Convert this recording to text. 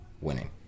winning